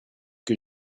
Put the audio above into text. que